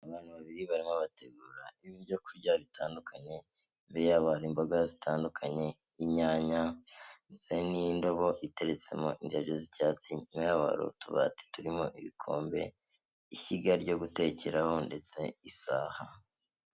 Abantu babiri barimo bategura ibyo kurya bitandukanye imbere yabo hari imboga zitandukanye, inyanya n'indabo iteretsemo indabyo z'icyatsi, nyuma yabo hari utubati turimo ibikombe, ishyiga ryo gutekaho ndetse n'isaha.